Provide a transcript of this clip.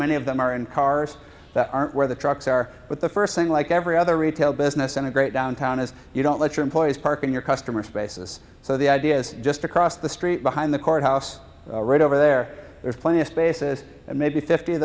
many of them are in cars that aren't where the trucks are but the first thing like every other retail business and a great downtown is you don't let your employees parking your customers spaces so the idea is just across the street behind the courthouse right over there there's plenty of spaces and maybe fifty of